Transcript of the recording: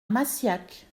massiac